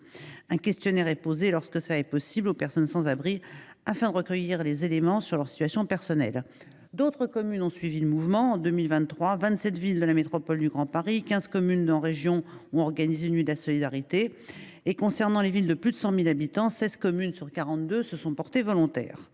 Un questionnaire est soumis, lorsque cela est possible, aux personnes sans abri, afin de recueillir des éléments sur leur situation personnelle. D’autres communes ont suivi le mouvement : en 2023, 27 villes de la métropole du Grand Paris et 15 communes de région ont organisé une nuit de la solidarité. Par ailleurs, 16 communes de plus de 100 000 habitants sur 42 se sont portées volontaires.